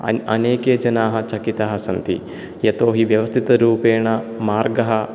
अ अनेके जनाः चकिताः सन्ति यतोहि व्यवस्थितरूपेण मार्गः